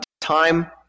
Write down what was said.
time